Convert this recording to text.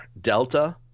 Delta